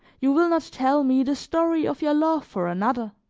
you will not tell me the story of your love for another!